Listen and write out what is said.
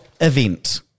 event